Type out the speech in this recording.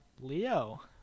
Leo